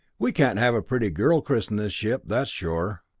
we can't have a pretty girl christen this ship, that's sure.